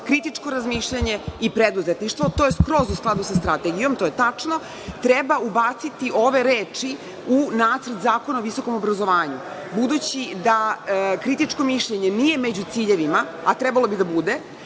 kritičko razmišljanje i preduzetništvo. To je skroz u skladu sa strategijom. To je tačno. Treba ubaciti ove reči – u Nacrt zakona o visokom obrazovanju, budući da kritičko mišljenje nije među ciljevima, a trebalo bi da bude